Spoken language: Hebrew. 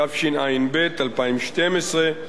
התשע"ב 2012,